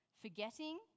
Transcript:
forgetting